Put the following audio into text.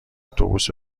اتوبوس